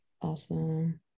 Awesome